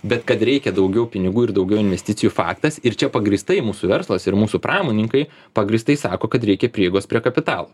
bet kad reikia daugiau pinigų ir daugiau investicijų faktas ir čia pagrįstai mūsų verslas ir mūsų pramonininkai pagrįstai sako kad reikia prieigos prie kapitalo